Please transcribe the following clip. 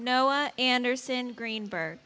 noah anderson greenberg